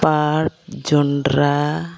ᱯᱟᱴ ᱡᱚᱸᱰᱨᱟ